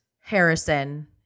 Harrison